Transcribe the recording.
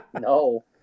No